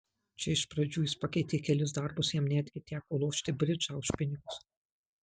čia iš pradžių jis pakeitė kelis darbus jam netgi teko lošti bridžą už pinigus